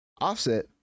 offset